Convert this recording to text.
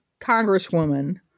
congresswoman